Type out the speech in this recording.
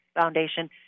Foundation